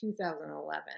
2011